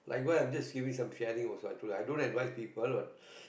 like why I have this series of I'm sharing also i don't have white people or